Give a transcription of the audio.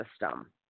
system